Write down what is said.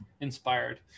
Inspired